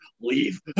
leave